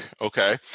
okay